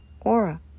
aura